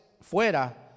Fuera